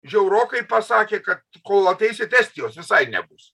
žiaurokai pasakė kad kol ateisit estijos visai nebus